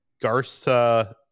Garza